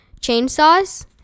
chainsaws